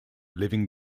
living